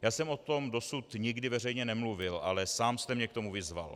Já jsem o tom dosud nikdy veřejně nemluvil, ale sám jste mě k tomu vyzval.